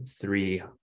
three